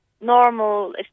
normal